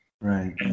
Right